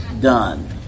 done